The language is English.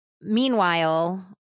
Meanwhile